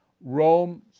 Rome